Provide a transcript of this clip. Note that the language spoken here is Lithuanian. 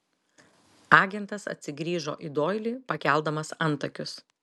agentas atsigrįžo į doilį pakeldamas antakius